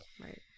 Right